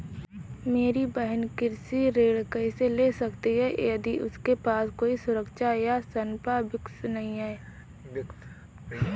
मेरी बहिन कृषि ऋण कैसे ले सकती है यदि उसके पास कोई सुरक्षा या संपार्श्विक नहीं है?